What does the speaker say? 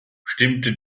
stimmte